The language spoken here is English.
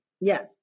Yes